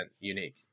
unique